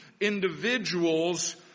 individuals